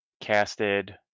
casted